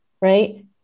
right